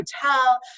hotel